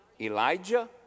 Elijah